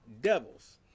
devils